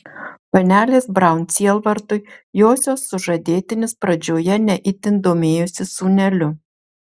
panelės braun sielvartui josios sužadėtinis pradžioje ne itin domėjosi sūneliu